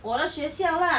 我的学校 lah